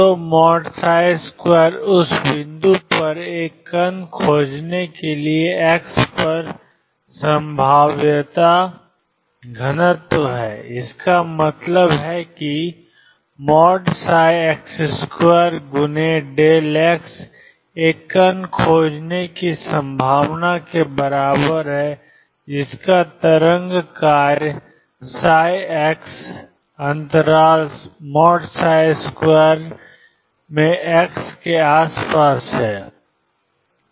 तो2 उस बिंदु पर एक कण खोजने के लिए एक्स पर संभाव्यता घनत्व है इसका क्या मतलब है कि ψ2x एक कण खोजने की संभावना के बराबर है जिसका तरंग कार्य ψ अंतराल 2 में एक्स के आसपास है